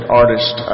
artist